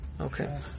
Okay